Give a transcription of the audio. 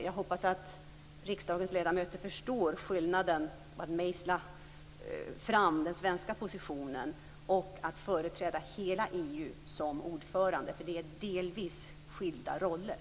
Jag hoppas att riksdagens ledamöter förstår skillnaden mellan att mejsla fram den svenska positionen och att företräda hela EU som ordförande. Det är delvis skilda roller.